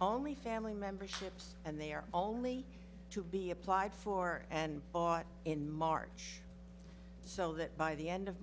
only family memberships and they're only to be applied for and bought in march so that by the end of